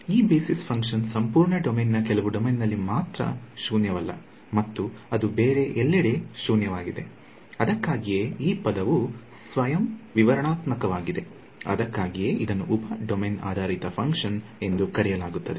ಈ basis function ಸಂಪೂರ್ಣ ಡೊಮೇನ್ನ ಕೆಲವು ಡೊಮೇನ್ನಲ್ಲಿ ಮಾತ್ರ ಶೂನ್ಯವಲ್ಲ ಮತ್ತು ಅದು ಬೇರೆ ಎಲ್ಲೆಡೆ ಶೋನ್ಯವಾಗಿದೆ ಅದಕ್ಕಾಗಿಯೇ ಈ ಪದವು ಸ್ವಯಂ ವಿವರಣಾತ್ಮಕವಾಗಿದೆ ಅದಕ್ಕಾಗಿಯೇ ಇದನ್ನು ಉಪ ಡೊಮೇನ್ ಆಧಾರಿತ ಫಂಕ್ಷನ್ ಎಂದು ಕರೆಯಲಾಗುತ್ತದೆ